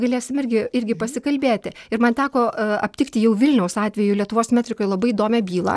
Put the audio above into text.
galėsim irgi irgi pasikalbėti ir man teko aptikti jau vilniaus atveju lietuvos metrikoj labai įdomią bylą